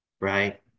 Right